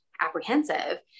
apprehensive